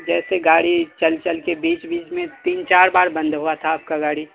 جیسے گاڑی چل چل کے بیچ بیچ میں تین چار بار بند ہوا تھا آپ کا گاڑی